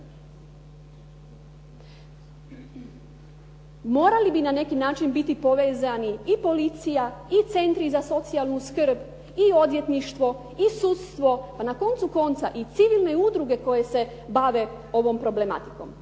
Morali bi na neki način biti povezani i policija i centri za socijalnu skrb i odvjetništvo i sudstvo i na koncu konca i civilne udruge koje se bave ovom problematikom.